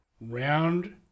round